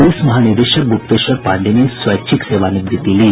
प्रलिस महानिदेशक गुप्तेश्वर पांडेय ने स्वैच्छिक सेवानिवृत्ति ली